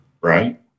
Right